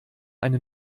eine